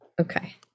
Okay